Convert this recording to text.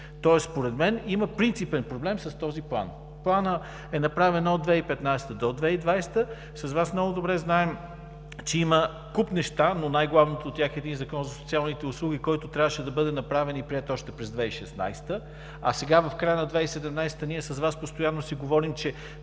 Тоест според мен има принципен проблем с този План. Планът е направен за периода 2015 – 2020 г. С Вас много добре знаем, че има куп неща, но най-главното е един закон за социалните услуги, който трябваше да бъде направен и приет още през 2016 г., а сега в края на 2017 г. ние с Вас постоянно си говорим,